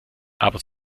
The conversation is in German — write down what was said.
aber